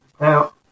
now